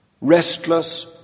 restless